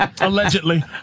Allegedly